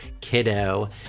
kiddo